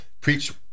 preach